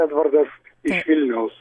edvardas iš vilniaus